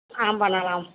ஆமா பண்ணலாம்